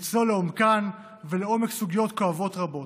נצלול לעומקן ולעומק סוגיות כואבות רבות.